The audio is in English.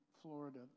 Florida